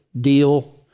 deal